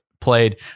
played